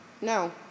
no